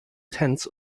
tents